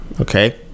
okay